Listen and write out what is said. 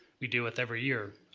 we deal with every year.